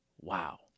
Wow